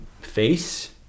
face